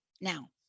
Now